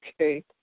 okay